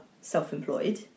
self-employed